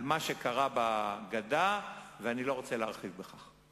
על מה שקרה בגדה, ואני לא רוצה להרחיב בכך.